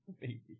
baby